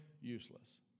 useless